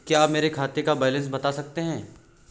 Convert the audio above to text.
क्या आप मेरे खाते का बैलेंस बता सकते हैं?